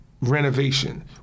renovation